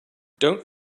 don‘t